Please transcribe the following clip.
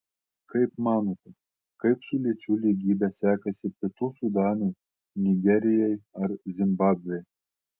kaip manote kaip su lyčių lygybe sekasi pietų sudanui nigerijai ar zimbabvei